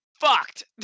fucked